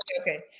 okay